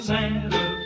Santa